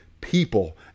people